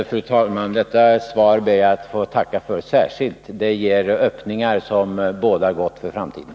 Fru talman! Detta svar ber jag få tacka särskilt för. Det ger öppningar som bådar gott för framtiden.